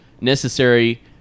necessary